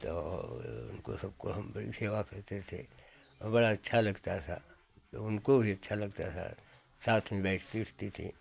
तो उनको सबको हम भी सेवा करते थे और बड़ा अच्छा लगता था उनको भी अच्छा लगता था साथ में बैठती उठती थी और